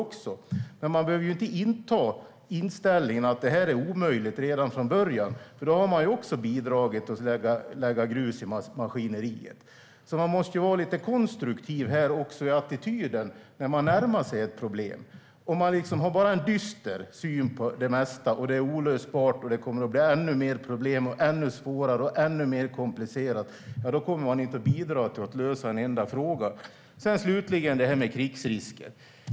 Man behöver inte redan från början anta inställningen att det är omöjligt, för då har man bidragit till att kasta grus i maskineriet. Man måste vara lite konstruktiv i attityden när man närmar sig ett problem. Om man bara har en dyster syn på det mesta - att problemen är olösbara, att det kommer att bli ännu mer problem och att det blir ännu svårare och mer komplicerat - då kommer man inte att bidra till att lösa en enda fråga. Slutligen vill jag säga något om det här med krigsrisker.